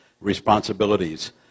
responsibilities